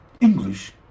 English